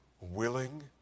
willing